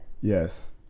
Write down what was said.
Yes